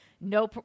no